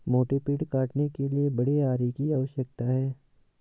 मोटे पेड़ काटने के लिए बड़े आरी की आवश्यकता है